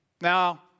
Now